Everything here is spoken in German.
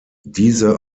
diese